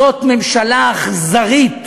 זאת ממשלה אכזרית,